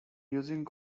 using